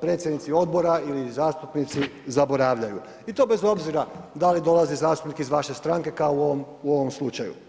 predsjednici odbora ili zastupnici zaboravljaju i to bez obzira da li dolazi zastupnik iz vaše stranke kao u ovom slučaju.